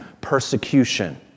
persecution